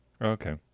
Okay